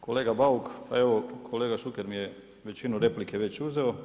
Kolega Bauk, evo kolega Šuker mi je većinu replike već uzeo.